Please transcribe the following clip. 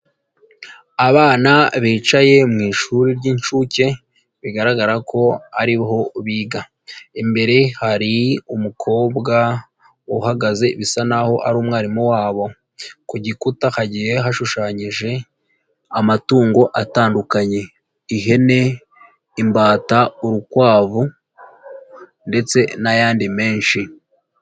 Abana bicaye mu ishuri ry'inshuke bigaragara ko ari ho biga, imbere hari umukobwa uhagaze bisa n'aho ari umwarimu wabo, ku gikuta hagiye hashushanyije amatungo atandukanye: ihene, imbata, urukwavu ndetse n'ayandi menshi.